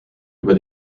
über